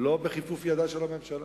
לא בכיפוף ידה של הממשלה.